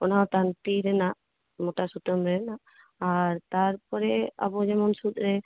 ᱚᱱᱟᱦᱚᱸ ᱛᱟᱱᱛᱤ ᱨᱮᱱᱟᱜ ᱢᱚᱴᱟ ᱥᱩᱛᱟᱹᱢ ᱨᱮᱱᱟᱜ ᱟᱨ ᱛᱟᱨᱯᱚᱯᱨᱮ ᱟᱵᱚ ᱡᱮᱢᱚᱱ ᱥᱩᱫ ᱨᱮ